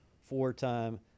four-time